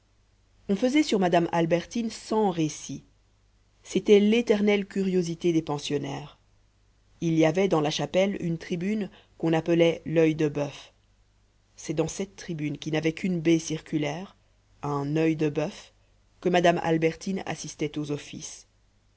on faisait sur madame albertine cent récits c'était l'éternelle curiosité des pensionnaires il y avait dans la chapelle une tribune qu'on appelait loeil de boeuf c'est dans cette tribune qui n'avait qu'une baie circulaire un oeil de boeuf que madame albertine assistait aux offices